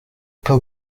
pas